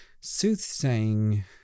soothsaying